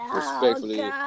Respectfully